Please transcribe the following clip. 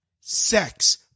sex